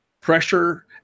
pressure